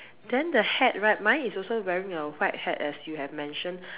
then the hat right mine is also wearing a white hat as you have mentioned